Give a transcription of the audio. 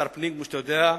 כמו שאתה יודע,